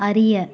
அறிய